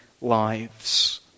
lives